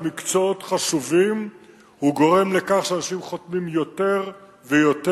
במקצועות חשובים הוא גורם לכך שאנשים חותמים יותר ויותר,